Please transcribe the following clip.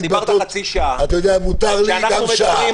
דיברת חצי שעה מותר לי גם שעה.